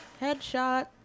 Headshot